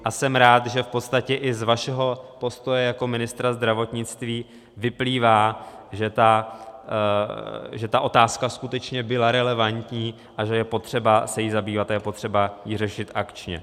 A jsem rád, že v podstatě i z vašeho postoje jako ministra zdravotnictví vyplývá, že ta otázka skutečně byla relevantní a že je potřeba se jí zabývat a je potřeba ji řešit akčně.